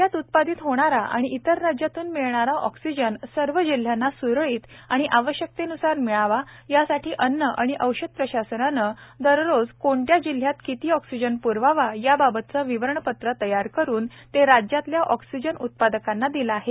राज्यातउत्पादितहोणाराआणिइतरराज्यातूनमिळणाराऑक्सिजनसर्वजिल्ह्यां नासुरळीतआणिआवश्यकतेनुसारमिळावा यासाठीअन्नआणिऔषधप्रशासनानं दररोजकोणत्याजिल्ह्यातकितीऑक्सिजनपुरवावायाबाबतचंविवरणपत्रतयारकरूनतेराज्यातल्याऑक्सिजनउ त्पादकांनादिलंआहे